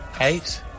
eight